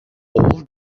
all